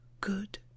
good